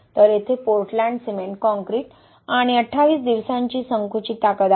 तर येथे Portland cement concrete आणि 28 दिवसांची संकुचित ताकद आहे